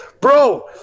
Bro